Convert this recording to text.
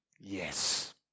Yes